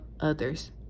others